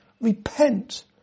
repent